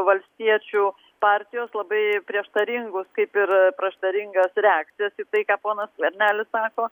valstiečių partijos labai prieštaringus kaip ir prėštaringas reakcijas į tai ką ponas skvernelis sako